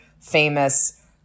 famous